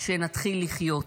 שנתחיל לחיות,